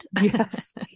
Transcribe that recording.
Yes